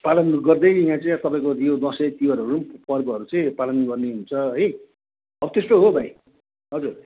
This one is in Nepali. पालन गर्दै यहाँ चाहिँ तपाईँको यो तसैँ तिहारहरू पर्वहरू चाहिँ पालन गर्ने हुन्छ है अब त्यस्तो हो भाइ हजुर